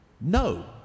No